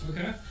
Okay